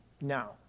now